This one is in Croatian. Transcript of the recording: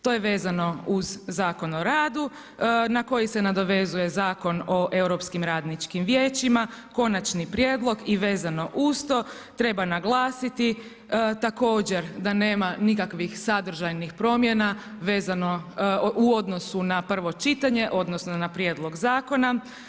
To je vezano uz Zakon o radu, na koji se nadovezuje Zakon o europskih radničkim vijećima, konačni prijedlog i vezano uz to, treba naglasiti, također da nema nikakvih sadržajnih promjena u odnosu na prvo čitanje, odnosno, na prijedlog zakona.